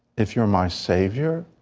if you are my saber,